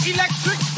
Electric